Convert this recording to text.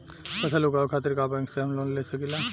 फसल उगावे खतिर का बैंक से हम लोन ले सकीला?